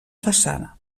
façana